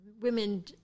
women